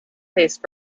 faced